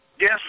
Yes